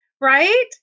Right